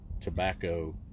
tobacco